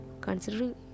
Considering